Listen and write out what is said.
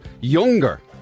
younger